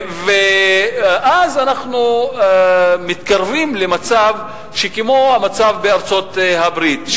ואז אנחנו מתקרבים למצב כמו המצב בארצות-הברית,